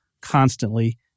constantly